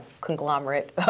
conglomerate